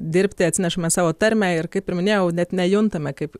dirbti atsinešame savo tarmę ir kaip ir minėjau net nejuntame kaip